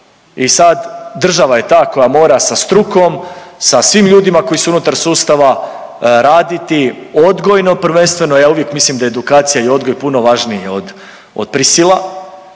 i sad država je ta koja mora sa strukom, sa svim ljudima koji su unutar sustava raditi odgojno prvenstveno, ja uvijek mislim da je edukacija i odgoj puno važniji od, od prisila